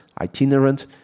itinerant